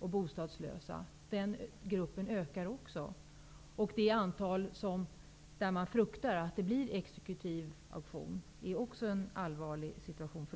bostadslösa ökar. Situationen är också allvarlig för de människor där man fruktar att det skall bli en exekutiv auktion.